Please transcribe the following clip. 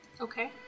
Okay